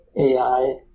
AI